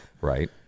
right